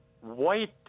white